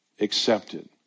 accepted